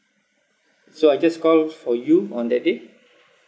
so I just call for you on that day